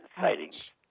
sightings